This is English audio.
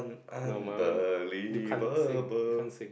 no my one you can't sing you can't sing